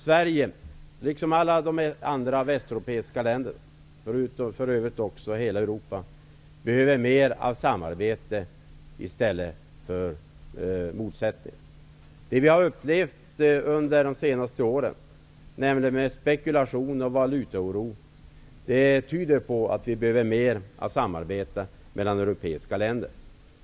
Sverige, precis som alla andra europeiska länder, behöver mer av samarbete i stället för motsättning. Den spekulation och valutaoro som vi under de senaste åren har upplevt tyder på att vi behöver mer av samarbete mellan europeiska länder.